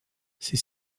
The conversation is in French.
ses